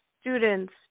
students